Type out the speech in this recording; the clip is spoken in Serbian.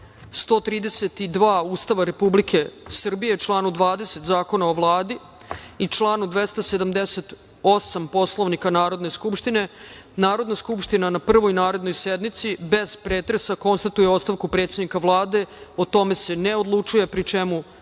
132. Ustava Republike Srbije, članu 20. Zakona o Vladi i članu 278. Poslovnika Narodne skupštine, Narodna skupština na prvoj narednoj sednici bez pretresa konstatuje ostavku predsednika Vlade. O tome se ne odlučuje, pri čemu